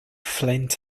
flint